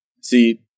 See